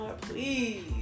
Please